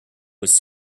was